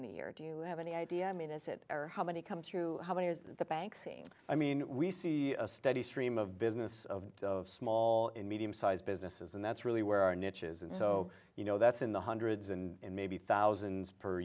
year do you have any idea i mean is it fair how many come through how many years the banks seem i mean we see a steady stream of business of small and medium sized businesses and that's really where our niches and so you know that's in the hundreds and maybe thousands per